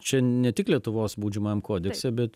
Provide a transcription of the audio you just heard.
čia ne tik lietuvos baudžiamajam kodekse bet